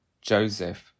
Joseph